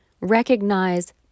recognize